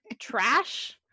trash